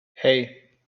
hei